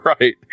Right